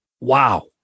Wow